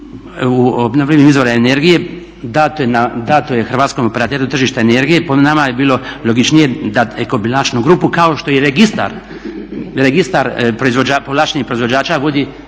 u obnovljivih izvora energije dato je hrvatskom operateru tržištu energije, po nama je bilo logičnije da … grupu kao što je registar povlaštenih proizvođača vodi resorno